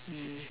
mm